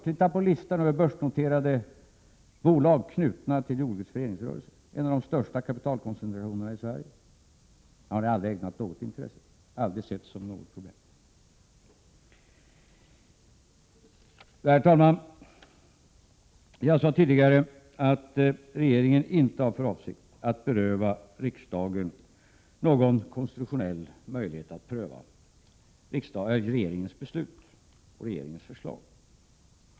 Titta på listorna över börsnoterade bolag knutna till jordbrukets föreningsrörelse — en av de största kapitalkoncentrationerna i Sverige! Den saken har ni aldrig ägnat något intresse eller sett som något problem. Herr talman! Jag sade tidigare att regeringen inte har för avsikt att beröva riksdagen någon konstitutionell möjlighet att pröva regeringens beslut och förslag.